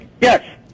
Yes